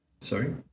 Sorry